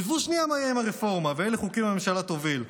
ועזבו שנייה מה יהיה עם הרפורמה ואילו חוקים הממשלה תוביל,